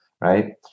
right